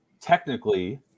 Technically